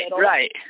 right